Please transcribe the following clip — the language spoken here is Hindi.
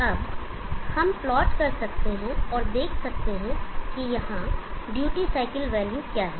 अब हम प्लॉट कर सकते हैं और देख सकते हैं कि यहां ड्यूटी साइकिल वैल्यू क्या है